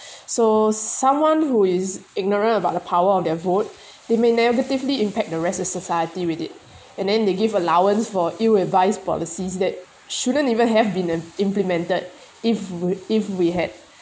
so someone who is ignorant about the power of their vote they may negatively impact the rest of society with it and then they give allowance for ill-advised policies that shouldn't even have been implemented if we if we had